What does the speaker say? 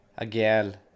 Again